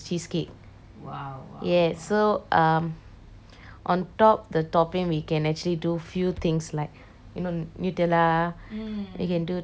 ya so um on top the topping we can actually do few things like you know nutella you can do chocolate topping white chocolate oh my god